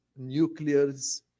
nuclears